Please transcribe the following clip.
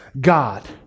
God